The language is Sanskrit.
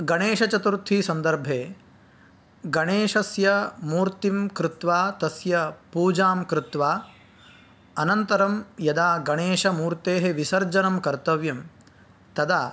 गणेशचतुर्थीसन्दर्भे गणेशस्य मूर्तिं कृत्वा तस्य पूजां कृत्वा अनन्तरं यदा गणेशमूर्तेः विसर्जनं कर्तव्यं तदा